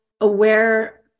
aware